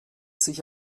sich